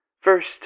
First